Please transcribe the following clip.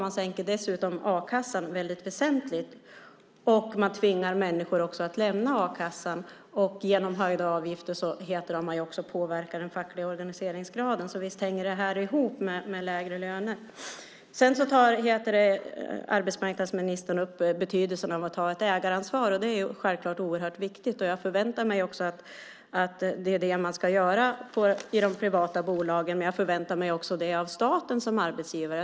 Man sänker dessutom a-kassan väsentligt och man tvingar människor att lämna a-kassan. Genom höjda avgifter påverkar man också den fackliga organiseringsgraden. Visst hänger det ihop med lägre löner. Arbetsmarknadsministern tar upp betydelsen av att ta ett ägaransvar. Det är självklart oerhört viktigt. Jag förväntar mig att det är det man gör i de privata bolagen. Jag förväntar mig det också av staten som arbetsgivare.